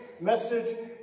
message